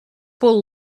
will